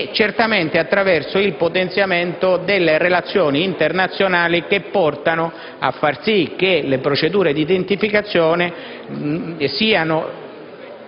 e certamente nel potenziare le relazioni internazionali che portano a far sì che le procedure di identificazione siano